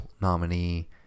nominee